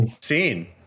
seen